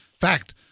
Fact